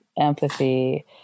empathy